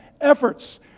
efforts